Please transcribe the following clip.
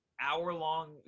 hour-long